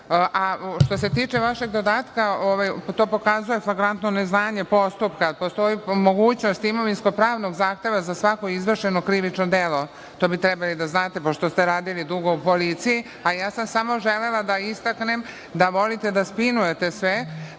što se tiče vašeg podatka, to pokazuje flagrantno neznanje postupka. Postoji mogućnost imovinskog pravnog zahteva za svako izvršeno krivično delo. To bi trebali da znate, pošto ste radili dugo u policiji, a ja sam samo želela da istaknem da volite da spinujete sve,